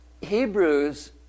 Hebrews